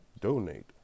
donate